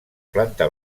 planta